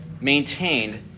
maintained